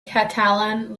catalan